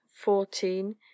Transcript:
fourteen